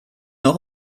noch